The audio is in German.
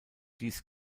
dies